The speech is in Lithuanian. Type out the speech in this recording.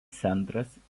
centras